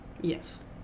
Yes